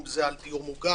אם זה על דיור מוגן,